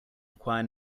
require